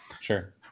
Sure